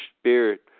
spirit